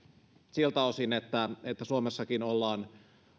siltä osin että suomessakin ollaan